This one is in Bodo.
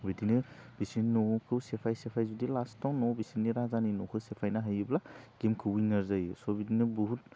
बिदिनो इसिनि न'खौ सेफाय सेफाय बिदि लास्टआव न'आव बिसिनि राजानि न'खौ सेफायना हायोब्ला गेमखौ उइनार जायो सह बिदिनो बुहुत